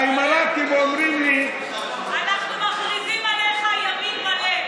האמירתים אומרים לי, אנחנו מכריזים עליך ימין מלא.